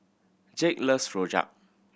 Jake loves Rojak